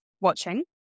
watching